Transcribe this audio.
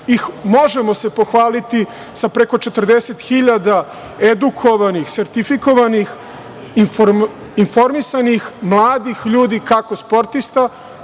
Možemo se pohvaliti sa preko 40.000 edukovanih, sertifikovanih, informisanih mladih ljudi, kako sportista,